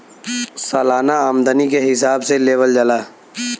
सालाना आमदनी के हिसाब से लेवल जाला